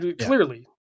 Clearly